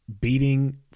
beating